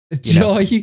joy